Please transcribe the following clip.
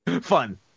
Fun